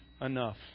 enough